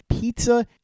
pizza